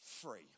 free